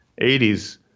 80s